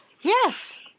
Yes